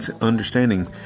understanding